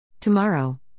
Tomorrow